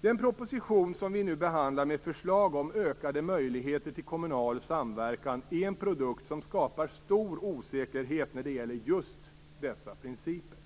Den proposition som vi nu behandlar med förslag om ökade möjligheter till kommunal samverkan är en produkt som skapar stor osäkerhet när det gäller just dessa principer.